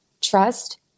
trust